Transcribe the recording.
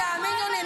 תאמינו לי,